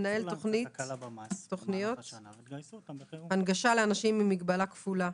מנהל תוכניות הנגשה לאנשים עם מגבלה כפולה.